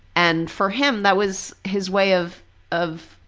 and for him that was his way of of,